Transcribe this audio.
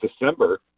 December